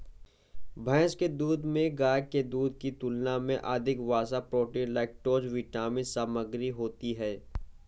भैंस के दूध में गाय के दूध की तुलना में अधिक वसा, प्रोटीन, लैक्टोज विटामिन सामग्री होती है